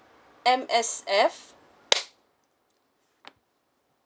M_S_F